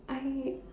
I